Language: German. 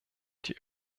die